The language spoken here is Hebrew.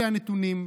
אלה הנתונים.